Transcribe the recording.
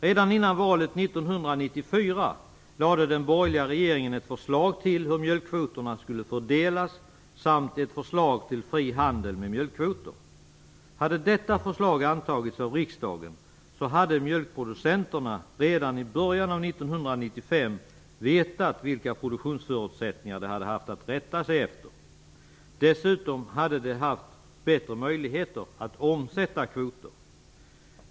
Redan innan valet 1994 lade den borgerliga regeringen fram ett förslag till hur mjölkkvoterna skulle fördelas samt ett förslag om fri handel med mjölkkvoter. Om detta förslag hade antagits av riksdagen, hade mjölkprocenterna redan i början av 1995 vetat vilka produktionsförutsättningar de haft att rätta sig efter. Dessutom hade de haft bättre möjligheter att omsätta kvoter.